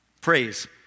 Praise